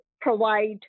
provide